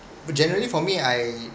but generally for me I